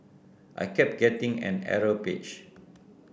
I kept getting an error page